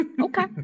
Okay